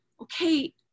okay